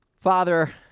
Father